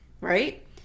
Right